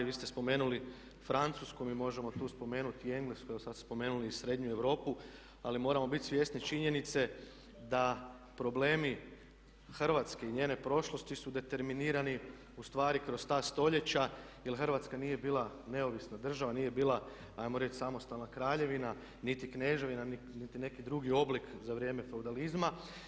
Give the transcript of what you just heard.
Vi ste spomenuli Francusku, mi možemo tu spomenuti i Englesku, evo sada ste spomenuli i srednju Europu ali moramo biti svjesni činjenice da problemi Hrvatske i njene prošlosti su determinirani ustvari kroz ta stoljeća je Hrvatska nije bila neovisna država, nije bila, ajmo reći samostalna kraljevima, niti kneževina, niti neki drugi oblik za vrijeme feudalizma.